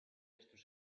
estos